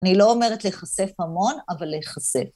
אני לא אומרת להחשף המון, אבל להחשף.